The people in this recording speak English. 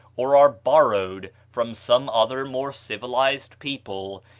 or are borrowed from some other more civilized people,